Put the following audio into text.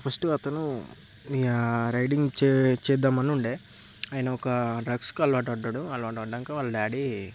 first అతను riding చే చేద్దామని ఉండే ఆయనొక డ్రగ్స్కి అలవాటు పడ్డాడు అలవాటు పడంగా వాళ్ళ డాడీ